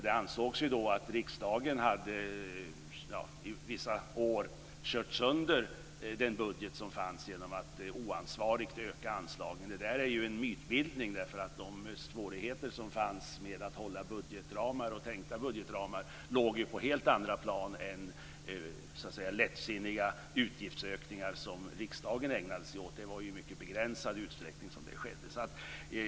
Det ansågs då att riksdagen vissa år hade kört sönder den budget som fanns genom att oansvarigt öka anslagen. Detta är en mytbildning. De svårigheter som fanns att hålla tänkta budgetramar låg på helt andra plan än lättsinniga beslut i riksdagen om utgiftsökningar. Det förekom i mycket begränsad utsträckning.